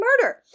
murder